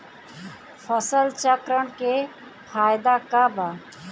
फसल चक्रण के फायदा का बा?